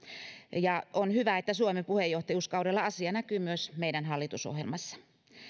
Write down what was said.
ja on hyvä että suomen puheenjohtajuuskaudella asia näkyy myös meidän hallitusohjelmassa